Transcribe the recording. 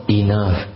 enough